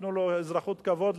נתנו לו אזרחות כבוד,